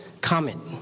comment